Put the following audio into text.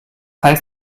heißt